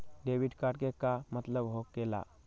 Debit card के का मतलब होकेला?